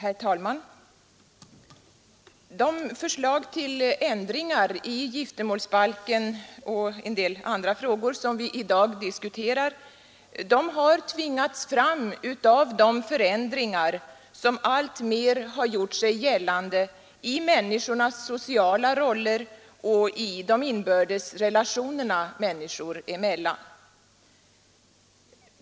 Herr talman! De förslag till ändringar i giftermålsbalken och en del andra frågor som vi i dag diskuterar har tvingats fram av de förändringar som alltmer har gjort sig gällande i människornas sociala roller och i de inbördes relationerna människor emellan.